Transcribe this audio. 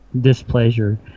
displeasure